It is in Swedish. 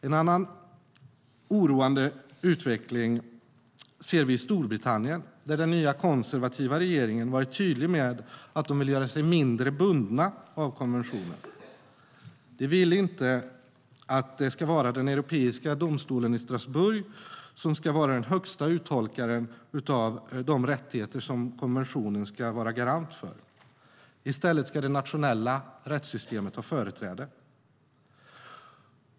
En annan oroväckande utveckling ser vi i Storbritannien, där den nya, konservativa regeringen har varit tydlig med att man vill göra sig mindre bunden av konventionen. De vill inte att det ska vara den europeiska domstolen i Strasbourg som ska vara den högsta uttolkaren av de rättigheter konventionen ska vara garant för; i stället ska det nationella rättssystemet ha företräde.